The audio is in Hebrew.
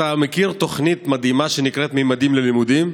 אתה מכיר תוכנית מדהימה שנקראת "ממדים ללימודים"?